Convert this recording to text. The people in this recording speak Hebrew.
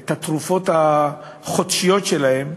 את התרופות החודשיות שלהם,